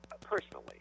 personally